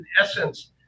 essence